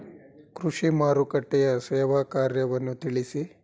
ಕೃಷಿ ಮಾರುಕಟ್ಟೆಯ ಸೇವಾ ಕಾರ್ಯವನ್ನು ತಿಳಿಸಿ?